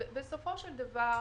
בסופו של דבר